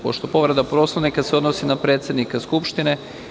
Pošto povreda Poslovnika se odnosi na predsednika Skupštine.